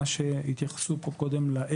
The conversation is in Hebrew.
מה שהתייחסו פה קודם לכן,